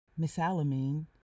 misalamine